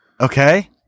Okay